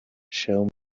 show